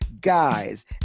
guys